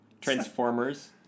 Transformers